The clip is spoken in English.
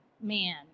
man